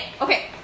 okay